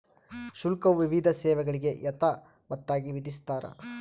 ಶುಲ್ಕವು ವಿವಿಧ ಸೇವೆಗಳಿಗೆ ಯಥಾವತ್ತಾಗಿ ವಿಧಿಸ್ತಾರ